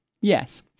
Yes